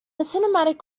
cinematic